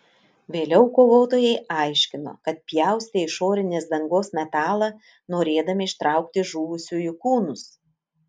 vėliau kovotojai aiškino kad pjaustė išorinės dangos metalą norėdami ištraukti žuvusiųjų kūnus